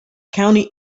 county